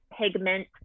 pigment